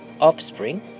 offspring